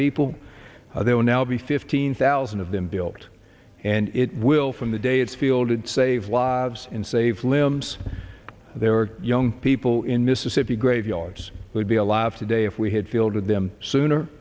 people there will now be fifteen thousand of them built and it will from the day it's fielded save lives and save limbs there are young people in mississippi graveyards who would be alive today if we had fielded them sooner